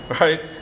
right